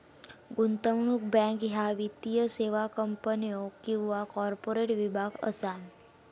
गुंतवणूक बँक ह्या वित्तीय सेवा कंपन्यो किंवा कॉर्पोरेट विभाग असा